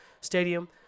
Stadium